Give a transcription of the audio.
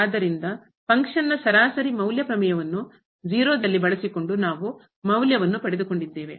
ಆದ್ದರಿಂದ ಫಂಕ್ಷನ್ ನ ಕಾರ್ಯದ ಸರಾಸರಿ ಮೌಲ್ಯ ಪ್ರಮೇಯವನ್ನು ಯಲ್ಲಿ ಬಳಸಿಕೊಂಡು ನಾವು ಮೌಲ್ಯವನ್ನು ಪಡೆದುಕೊಂಡಿದ್ದೇವೆ